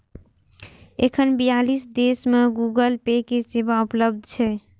एखन बियालीस देश मे गूगल पे के सेवा उपलब्ध छै